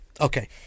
Okay